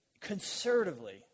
Conservatively